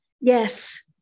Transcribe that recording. Yes